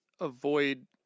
avoid